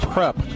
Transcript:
Prep